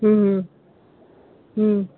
હમ હમ